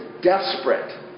desperate